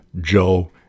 Joe